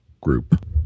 group